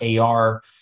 AR